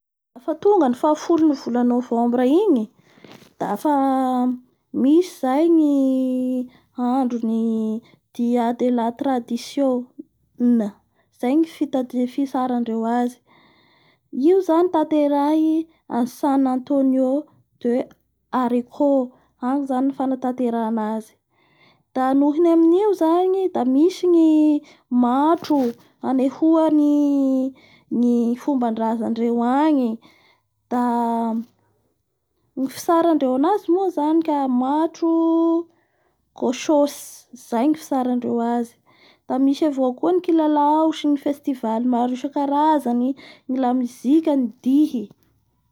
Afa tonga ny faha folo ny volana novembre igny dafa misy zay ny andron'ny diodelatraditio